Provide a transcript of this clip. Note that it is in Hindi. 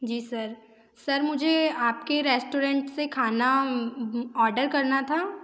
जी सर सर मुझे आपके रेस्टोरेंट से खाना आर्डर करना था